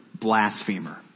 blasphemer